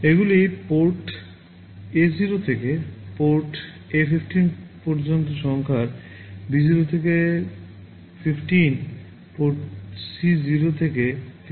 এগুলি port A0 থেকে port A 15 পর্যন্ত সংখ্যার B0 থেকে 15 পোর্ট C 0 থেকে 15